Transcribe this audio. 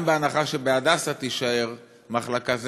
גם בהנחה שגם בהדסה תישאר מחלקה,